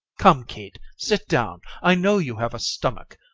come, kate, sit down i know you have a stomach.